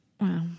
Wow